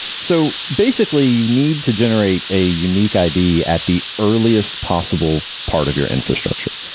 so basically, you need to generate a unique id at the earliest possible part of your infrastructure.